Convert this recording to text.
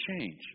change